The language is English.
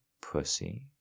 pussy